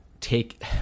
take